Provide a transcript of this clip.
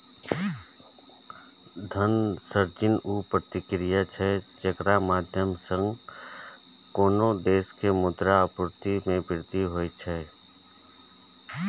धन सृजन ऊ प्रक्रिया छियै, जेकरा माध्यम सं कोनो देश मे मुद्रा आपूर्ति मे वृद्धि होइ छै